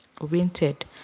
oriented